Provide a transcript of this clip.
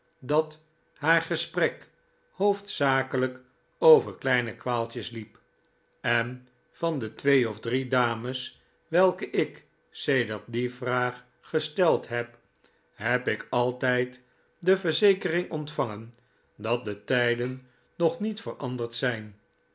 dat haar gesprek hoofdzakelijk over kleine kwaaltjes liep en van de twee of drie dames welke ik sedert die vraag gesteld heb heb ik altijd de verzekering ontvangen dat de tijden nog niet veranderd zijn